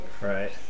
Right